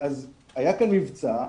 אז היה כאן מבצע,